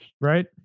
Right